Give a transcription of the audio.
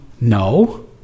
No